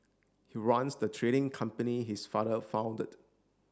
he runs the trading company his father founded